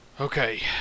Okay